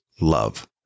Love